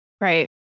Right